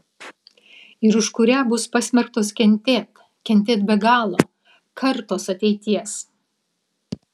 ir už kurią bus pasmerktos kentėt kentėt be galo kartos ateities